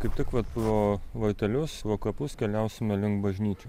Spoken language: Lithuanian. kaip tik vat pro vartelius pro kapus keliausime link bažnyčios